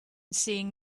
seeing